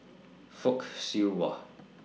Fock Siew Wah